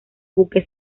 buque